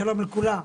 שלום לכולם,